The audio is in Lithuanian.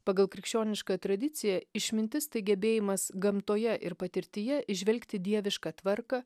pagal krikščionišką tradiciją išmintis tai gebėjimas gamtoje ir patirtyje įžvelgti dievišką tvarką